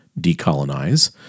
decolonize